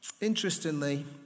Interestingly